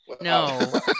no